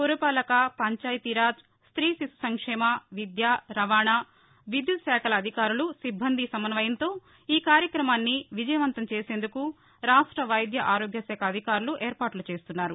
పురపాలక పంచాయతీరాజ్ గ్రీ శిశు సంక్షేమ విద్యా రవాణా విద్యుత్ శాఖల అధికారులు సిబ్బంది సమన్వయంతో ఈ కార్యక్రమాన్ని విజయవంతం చేసేందుకు రాష్ట వైద్య ఆరోగ్యశాఖ అధికారులు ఏర్పాట్లు చేస్తున్నారు